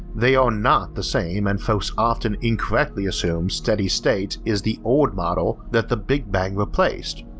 they are not the same and folks often incorrectly assume steady state is the old model that the big bang replaced,